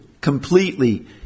completely